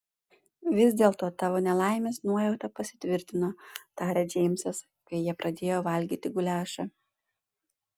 vis dėlto tavo nelaimės nuojauta pasitvirtino tarė džeimsas kai jie pradėjo valgyti guliašą